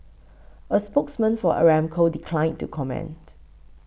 a spokesman for Aramco declined to comment